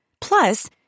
Plus